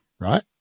Right